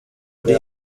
uri